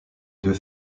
deux